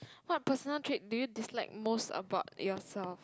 what personal trait do you dislike most about yourself